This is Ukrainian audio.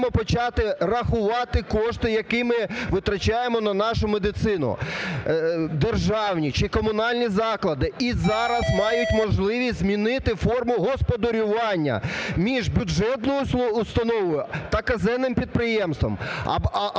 Ми маємо почати рахувати кошти, які ми витрачаємо на нашу медицину. Державні чи комунальні заклади і зараз мають можливість змінити форму господарювання між бюджетною установою та казенним підприємством.